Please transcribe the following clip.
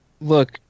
Look